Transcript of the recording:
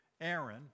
Aaron